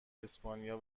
اسپانیا